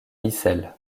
ixelles